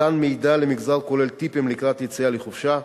מתן מידע למגזר, כולל טיפים לקראת יציאה לחופשה,